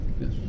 Yes